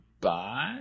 bye